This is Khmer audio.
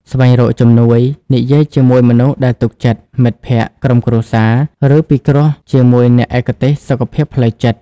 ស្វែងរកជំនួយ និយាយជាមួយមនុស្សដែលទុកចិត្ត (មិត្តភក្តិ ក្រុមគ្រួសារ) ឬពិគ្រោះជាមួយអ្នកឯកទេសសុខភាពផ្លូវចិត្ត។